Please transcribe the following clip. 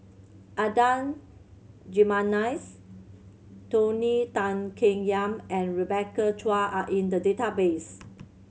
Adan Jimenez Tony Tan Keng Yam and Rebecca Chua are in the database